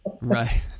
Right